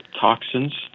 toxins